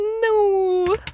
No